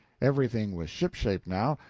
everything was ship-shape now,